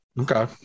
okay